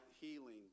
Healing